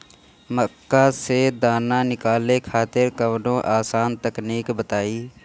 मक्का से दाना निकाले खातिर कवनो आसान तकनीक बताईं?